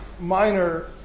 minor